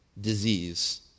disease